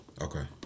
Okay